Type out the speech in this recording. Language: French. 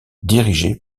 dirigée